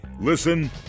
Listen